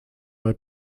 bei